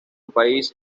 país